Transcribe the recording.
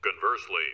Conversely